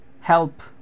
Help